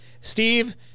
Steve